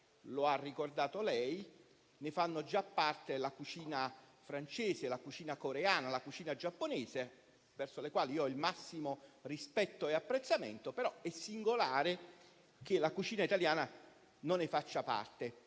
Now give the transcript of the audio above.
come ha ricordato l'interrogante, ne fanno già parte la cucina francese, la cucina coreana, la cucina giapponese, verso le quali io ho il massimo rispetto e apprezzamento, ma è singolare che la cucina italiana non ne faccia parte.